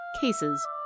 cases